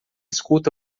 escuta